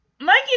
Mikey